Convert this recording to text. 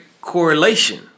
correlation